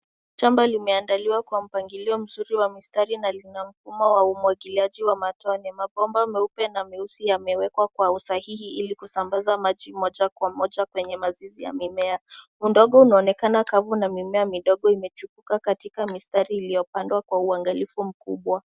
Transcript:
Shamba limeandiliwa vizuri kwa mpangilio wa mistari na lina mfumo wa umwagiliaji wa matone. Mabomba meupe na meusi yamewekwa kwa usahihi ili kusambaza maji moja kwa moja kwenye mazizi ya mimea. Udongo unaoneka kavu na mimea midogo imechipuka katika mistari iliyo pangwa kwa uangalifu mkubwa.